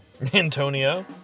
Antonio